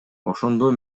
ошондо